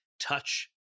touch